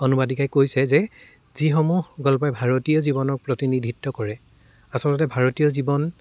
অনুবাদিকাই কৈছে যে যিসমূহ গল্পই ভাৰতীয় জীৱনক প্ৰতিনিধিত্ব কৰে আচলতে ভাৰতীয় জীৱন